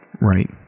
right